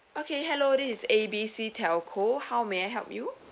okay hello this is A B C telco how may I help you